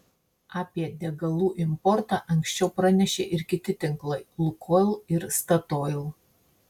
apie degalų importą anksčiau pranešė ir kiti tinklai lukoil ir statoil